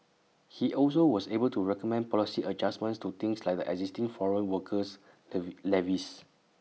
he also was able to recommend policy adjustments to things like the existing foreign workers levee levies